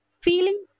feeling